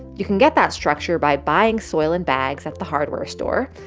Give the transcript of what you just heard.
you can get that structure by buying soil in bags at the hardware store.